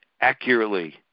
accurately